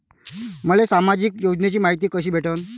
मले सामाजिक योजनेची मायती कशी भेटन?